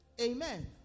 Amen